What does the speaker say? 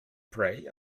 pray